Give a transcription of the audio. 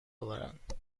آورند